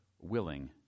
willing